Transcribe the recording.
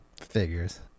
figures